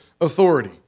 authority